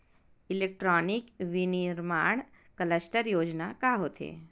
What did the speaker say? Electronic विनीर्माण cluster योजना का होथे?